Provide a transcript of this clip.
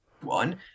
one